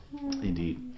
Indeed